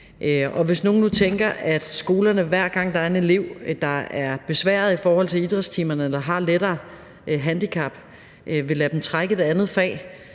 nogle, der tænker, at skolerne, hver gang der er en elev, der er besværet i forhold til idrætstimerne eller har et lettere handicap, vil lade dem trække et andet fag